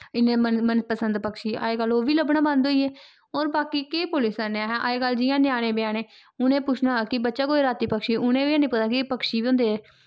इन्ने मन मनपसंद पक्षी अजकल्ल ओह् बी लब्भना बंद होइये और बाकी केह् बोल्ली सकने अस अजकल्ल जियां ञ्यानें म्यानें उ'नें पुच्छना हा कि बच्चा कोई राती पक्षी उ'ने बी हैनी पता कि एह् पक्षी बी होंदे